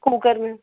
cooker میں